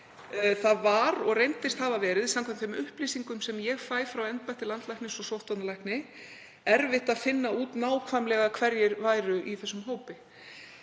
Það var og reyndist hafa verið, samkvæmt þeim upplýsingum sem ég fæ frá embætti landlæknis og sóttvarnalækni, erfitt að finna út nákvæmlega hverjir væru í þessum hópi.